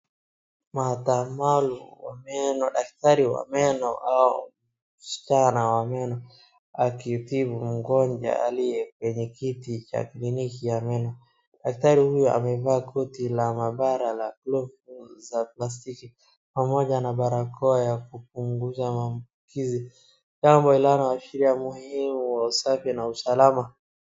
Maabarani wa meno, daktari wa meno, au msichana wa meno akitibu mgonjwa aliye kwenye kiti cha kliniki ya meno, daktari huyu amevaa koti la maabara na gloves za plastiki pamoja na barakoa ya kupunguza maambukizi nidhamu inayoashiria umuhimu wa usafi na usalama.